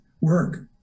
work